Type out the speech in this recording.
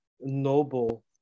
noble